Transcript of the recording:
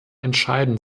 entscheiden